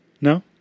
no